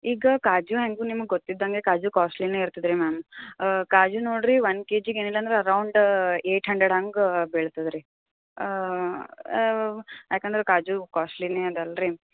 ಈಗ ಕಾಜು ಹ್ಯಾಂಗೂ ನಿಮಗೆ ಗೊತ್ತಿದ್ದಂತೆ ಕಾಜು ಕಾಸ್ಟ್ಲಿಯೇ ಇರ್ತದೆ ರೀ ಮ್ಯಾಮ್ ಕಾಜು ನೋಡಿರಿ ಒನ್ ಕೆ ಜಿಗೆ ಏನಿಲ್ಲ ಅಂದ್ರೆ ರೌಂಡ್ ಏಯ್ಟ್ ಹಂಡ್ರೆಡ್ ಹಾಂಗೆ ಬೀಳ್ತದೆ ರೀ ಯಾಕಂದ್ರೆ ಕಾಜು ಕಾಸ್ಟ್ಲಿಯೇ ಅದ ಅಲ್ಲ ರೀ